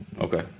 Okay